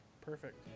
Perfect